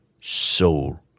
Soul